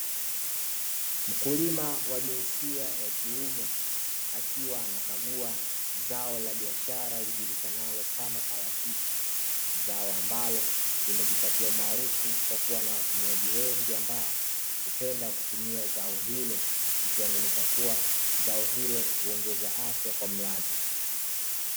Mkulima wa jinsia ya kiume akiwa anakagua zao la biashara linajulikanalo kama parachichi. Zao ambalo limejipatia umaarufu kwa kua na watumiaji wengi ambao hupenda kutumia zao hilo, likiaminika kua zao hilo huongeza afya kwa mlaji.